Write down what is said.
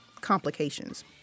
complications